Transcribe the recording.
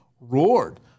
roared